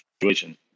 situation